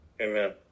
Amen